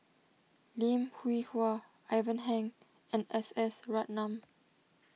Lim Hwee Hua Ivan Heng and S S Ratnam